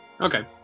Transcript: Okay